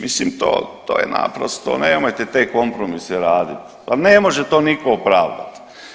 Mislim to je naprosto, nemojte te kompromise radit, pa ne može to niko opravdat.